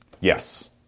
Yes